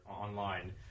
online